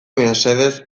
mesedez